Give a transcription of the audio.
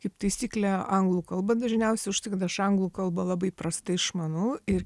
kaip taisyklė anglų kalba dažniausiai užtai kad aš anglų kalbą labai prastai išmanau ir